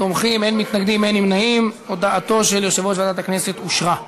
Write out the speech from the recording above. אני מבקש את אישורה של הכנסת להצעה זו.